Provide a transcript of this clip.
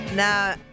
Now